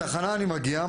אני מגיע לתחנה,